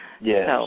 Yes